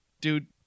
Dude